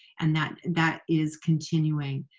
and that that is continuing.